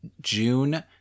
June